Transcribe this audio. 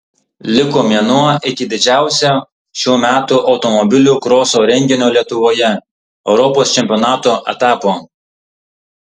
liko mėnuo iki didžiausio šių metų automobilių kroso renginio lietuvoje europos čempionato etapo